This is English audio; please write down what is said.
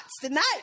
tonight